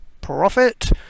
profit